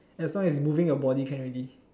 as long as you moving your body can already